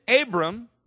Abram